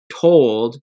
told